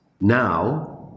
now